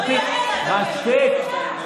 מספיק, מספיק.